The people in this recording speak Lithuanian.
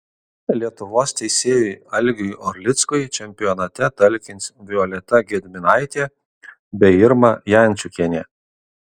lietuvos teisėjui algiui orlickui čempionate talkins violeta gedminaitė bei irma jančiukienė